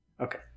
okay